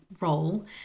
role